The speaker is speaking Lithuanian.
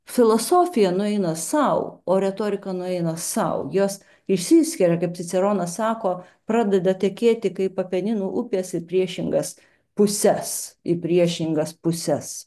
filosofija nueina sau o retorika nueina sau jos išsiskiria kaip ciceronas sako pradeda tekėti kaip apeninų upės į priešingas puses į priešingas puses